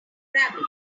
rabbits